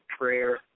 prayer